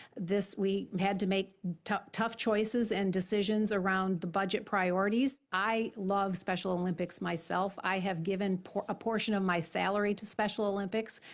this week, had to make tough tough choices and decisions around the budget priorities. i love special olympics myself. i have given a portion of my salary to special olympics.